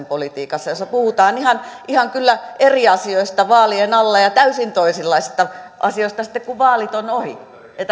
politiikasta jossa puhutaan ihan ihan kyllä eri asioista vaalien alla ja ja täysin toisenlaisista asioista sitten kun vaalit ovat ohi